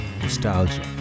nostalgia